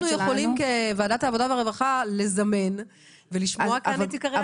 יכולים כוועדת עבודה ורווחה לזמן ולשמוע כאן את עיקרי הנוהל.